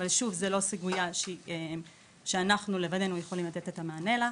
אבל שוב זו לא סוגיה שאנחנו לבדינו יכולים לתת את המענה עבורה.